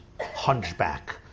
hunchback